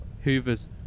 Hoover's